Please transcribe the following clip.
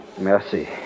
Merci